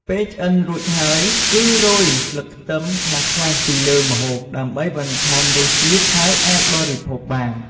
ពេលឆ្អិនរួចហើយ គឺរោយស្លឹកខ្ទឹមខ្លះៗពីលើម្ហូប ដើម្បីបន្ថែមរសជាតិ ហើយអាចបរិភោគបាន។